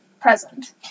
present